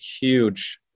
huge